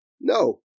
No